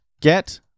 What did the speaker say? Get